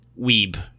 Weeb